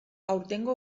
aurtengo